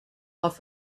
off